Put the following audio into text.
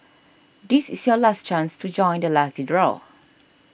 this is your last chance to join the lucky draw